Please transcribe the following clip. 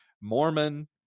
Mormon